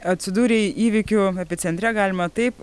atsidūrei įvykių epicentre galima taip